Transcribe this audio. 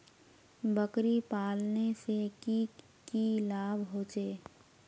बकरी पालने से की की लाभ होचे?